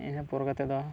ᱤᱱᱟᱹ ᱯᱚᱨ ᱠᱟᱛᱮ ᱫᱚ